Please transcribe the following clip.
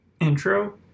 intro